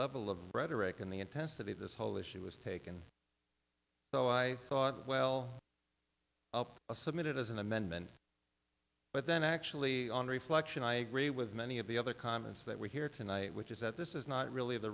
level of rhetoric and the intensity of this whole issue was taken so i thought well a submitted as an amendment but then actually on reflection i agree with many of the other comments that we hear tonight which is that this is not really the